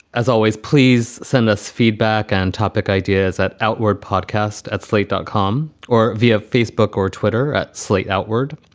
as always, please send us feedback on topic ideas at outward podcast, at slate dot com or via facebook or twitter at slate outward.